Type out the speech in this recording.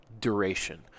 duration